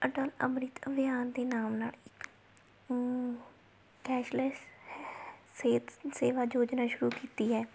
ਅਟਲ ਅੰਮ੍ਰਿਤ ਅਭਿਆਨ ਦੇ ਨਾਮ ਨਾਲ ਇੱਕ ਕੈਸ਼ਲੈਸ ਸਿਹਤ ਸੇਵਾ ਯੋਜਨਾ ਸ਼ੁਰੂ ਕੀਤੀ ਹੈ